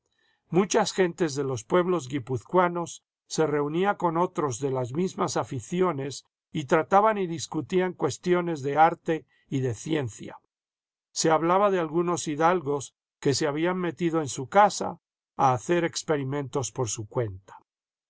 muchas gentes de los pueblos guipuzcoanos se reunía con otros de las mismas aficiones y trataban y discutían cuestiones de arte y de ciencia se hablaba de algunos hidalgos que se habían metido en su casa a hacer experimentos por su cuenta